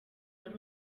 ari